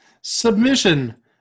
submission